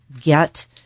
get